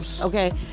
Okay